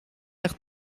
echt